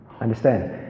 Understand